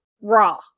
raw